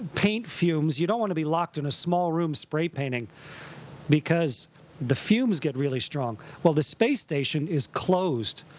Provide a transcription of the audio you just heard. paint fumes, you don't want to be locked in a small room spray painting because the fumes get really strong. well, the space station is closed.